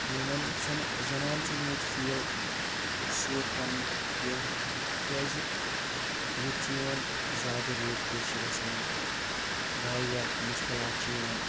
women چھنہٕ زَنانہٕ چھنہٕ ییٚتہِ فیٖل سیف کران کیٚنٛہہ تِکیٛازِ ییٚتہِ چھ یِوان زیٛادٕ ریپ کیس چھِ گژھان ییٚتہِ واریاہ مُشکِلات چھِ یِوان